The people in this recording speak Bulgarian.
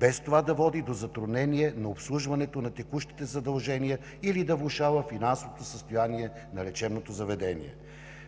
без това да води до затруднение на обслужването на текущите задължения или да влошава финансовото състояние на лечебното заведение.